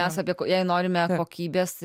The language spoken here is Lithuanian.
esą bet jei norime kokybės